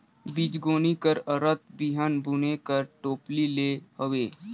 बीजगोनी कर अरथ बीहन बुने कर टोपली ले हवे